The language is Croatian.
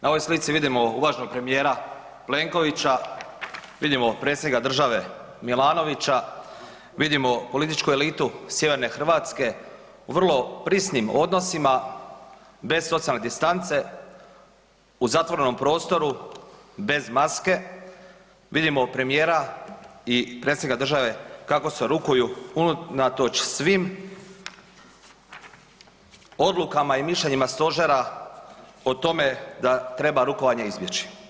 Na ovoj slici vidimo uvaženog premijera Plenkovića, vidimo predsjednika države Milanovića, vidimo političku elitu sjeverne Hrvatske u vrlo prisnim odnosima bez socijalne distance u zatvorenom prostoru bez maske, vidimo premijera i predsjednika države kako se rukuju unatoč svim odlukama i mišljenjima stožera o tome da treba rukovanje izbjeći.